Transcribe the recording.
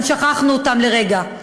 אם שכחנו לרגע.